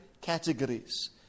categories